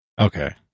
Okay